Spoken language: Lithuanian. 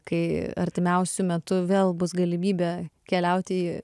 kai artimiausiu metu vėl bus galimybė keliauti